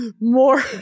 More